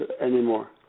anymore